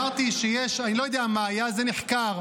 אני לא יודע מה היה, זה נחקר.